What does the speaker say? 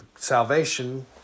salvation